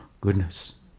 goodness